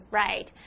right